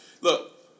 Look